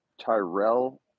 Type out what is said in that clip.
Tyrell